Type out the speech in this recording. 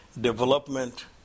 development